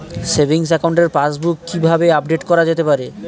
Savings একাউন্টের passbook কি কিভাবে আপডেট করা যেতে পারে?